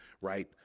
right